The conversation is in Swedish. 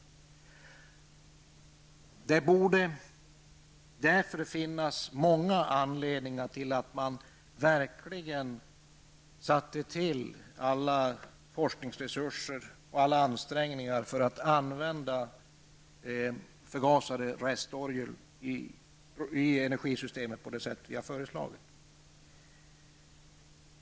Därför borde det finnas många anledningar till att man verkligen satte in alla forskningsresurser och alla ansträngningar för att kunna använda förgasade restoljor i energisystemet på det sätt som vi har föreslagit.